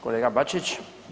Kolega Bačić.